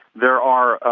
there are,